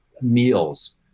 meals